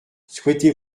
souhaitez